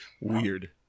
Weird